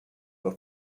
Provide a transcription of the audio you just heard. del